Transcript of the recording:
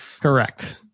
Correct